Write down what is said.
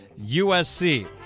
USC